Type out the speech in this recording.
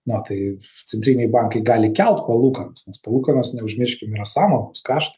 na tai centriniai bankai gali kelt palūkanas palūkanos neužmirškim yra sąnaudos kaštai